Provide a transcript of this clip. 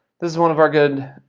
this is one of our good,